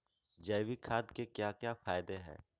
जैविक खाद के क्या क्या फायदे हैं?